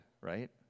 right